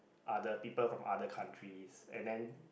other people from other countries and then